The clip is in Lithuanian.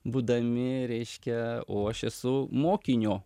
būdami reiškia o aš esu mokinio